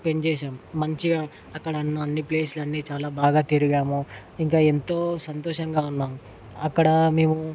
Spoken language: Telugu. స్పెండ్ చేసాం మంచిగా అక్కడ అన్ని ప్లేసులు అన్నీ చాలా బాగా తిరిగాము ఇంకా ఎంతో సంతోషంగా ఉన్నాము అక్కడ మేము